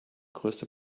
größte